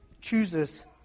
chooses